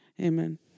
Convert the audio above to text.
Amen